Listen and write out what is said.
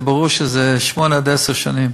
ברור שזה שמונה עשר שנים.